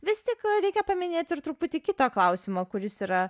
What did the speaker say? vis tik reikia paminėti ir truputį kitą klausimą kuris yra